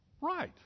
right